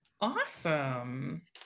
awesome